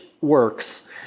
works